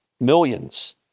millions